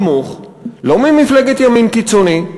כמוךְ לא ממפלגת ימין קיצוני,